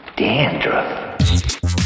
dandruff